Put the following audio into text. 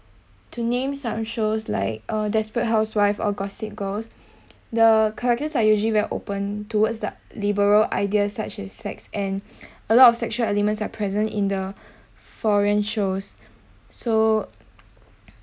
to name some shows like a desperate housewife or gossip girls the characters are usually very open towards the liberal ideas such as sex and a lot of sexual elements are present in the foreign shows so